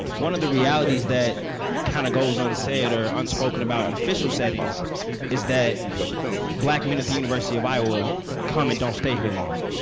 one of the realities that kind of goes unsaid or unspoken about in official settings is that black men at the university of iowa come and don't stay here long.